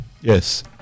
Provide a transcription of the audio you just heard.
Yes